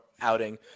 outing